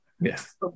Yes